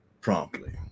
promptly